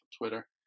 Twitter